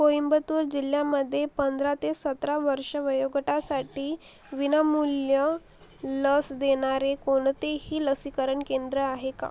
कोइंबतूर जिल्ह्यामध्ये पंधरा ते सतरा वर्ष वयोगटासाठी विनामूल्य लस देणारे कोणतेही लसीकरण केंद्र आहे का